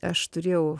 aš turėjau